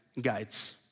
guides